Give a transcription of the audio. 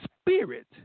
spirit